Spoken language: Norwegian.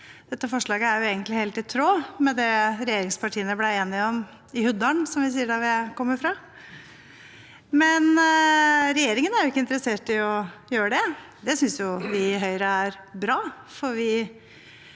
dette forslaget er egentlig helt i tråd med det regjeringspartiene ble enige om i «Huddal’n», som vi sier der jeg kommer fra, men regjeringen er jo ikke interessert i å gjøre det. Det synes vi i Høyre er bra,